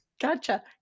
gotcha